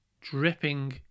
dripping